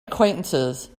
acquaintances